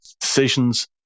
decisions